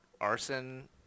arson –